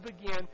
begin